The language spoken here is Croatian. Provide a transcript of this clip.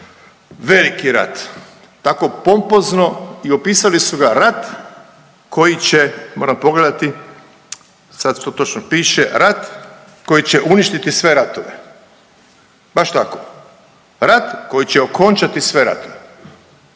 veliki rat. Tako pompozno i opisali su ga rat koji će, moram pogledati sad što točno piše, rat koji će uništiti sve ratove. Baš tako, rat koji će okončati sve ratove.